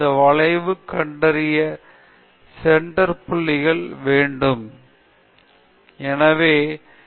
வளைவுகளைக் கண்டறிவதற்கு சென்டர் புள்ளிகள் உங்களுக்கு எப்படி உதவுகின்றன என்பது இந்த அறிமுக விரிவுரையின் நோக்கத்திற்கு அப்பாற்பட்டது